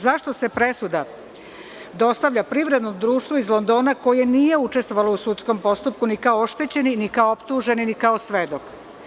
Zašto se presuda dostavlja Privrednom društvu iz Londona koje nije učestvovalo u sudskom postupku ni kao oštećeni, ni kao optuženi, ni kao svedok?